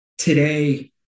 Today